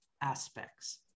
aspects